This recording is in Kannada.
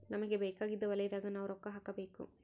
ನಮಗ ಬೇಕಾಗಿದ್ದ ವಲಯದಾಗ ನಾವ್ ರೊಕ್ಕ ಹಾಕಬೇಕು